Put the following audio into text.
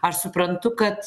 aš suprantu kad